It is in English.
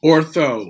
Ortho